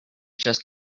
just